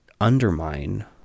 undermine